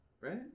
Right